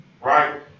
Right